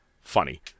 funny